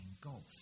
golf